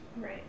Right